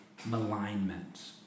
malignment